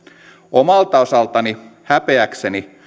omalta osaltani häpeäkseni